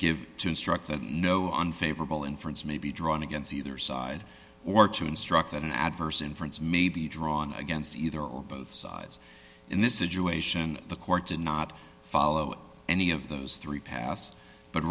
give to instruct the no unfavorable inference may be drawn against either side or to instruct that an adverse inference may be drawn against either or both sides in this situation the court did not follow any of those three past but